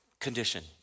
Condition